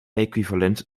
equivalent